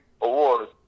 Awards